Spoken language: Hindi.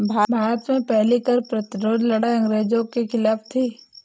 भारत में पहली कर प्रतिरोध लड़ाई अंग्रेजों के खिलाफ थी